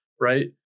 right